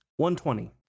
120